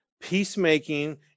Peacemaking